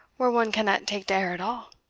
where one cannot take de air at all.